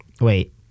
Wait